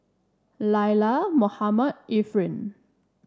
Lila Mohammad Efren